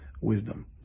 wisdom